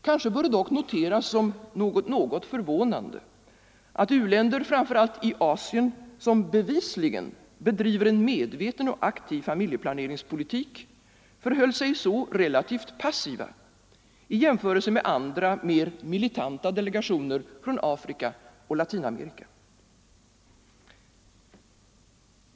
Kanske bör det dock noteras som något förvånande att u-länder, framför allt i Asien, som bevisligen bedriver en medveten och aktiv familjeplaneringspolitik, förhöll sig så relativt passiva i jämförelse med andra mer militanta delegationer från Afrika och Latinamerika.